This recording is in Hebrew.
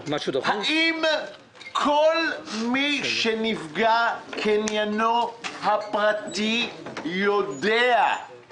האם כל מי שייפגע קניינו הפרטי יודע על כך?